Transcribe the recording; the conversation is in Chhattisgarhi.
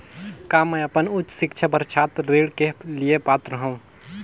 का मैं अपन उच्च शिक्षा बर छात्र ऋण के लिए पात्र हंव?